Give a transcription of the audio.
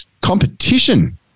competition